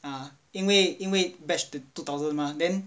啊因为因为 batch two thousand mah then